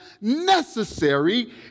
necessary